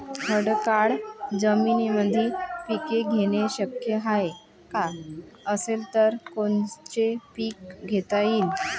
खडकाळ जमीनीमंदी पिके घेणे शक्य हाये का? असेल तर कोनचे पीक घेता येईन?